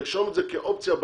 לרשום את זה כאופציה בהסכמה.